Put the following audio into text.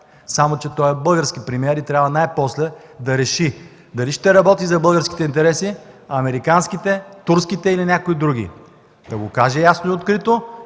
господари. Той е български премиер и трябва най-после да реши дали ще работи за българските интереси, американските, турските или някои други, да го каже ясно и открито.